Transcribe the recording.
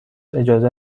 اجازه